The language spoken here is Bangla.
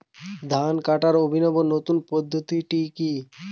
ধান কাটার অভিনব নতুন পদ্ধতিটি কি?